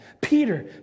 Peter